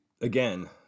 again